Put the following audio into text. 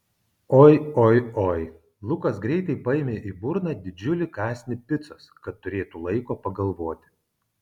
oi oi oi lukas greitai paėmė į burną didžiulį kąsnį picos kad turėtų laiko pagalvoti